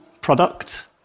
product